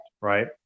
Right